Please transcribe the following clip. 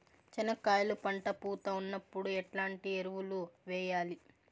చెనక్కాయలు పంట పూత ఉన్నప్పుడు ఎట్లాంటి ఎరువులు వేయలి?